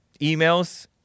emails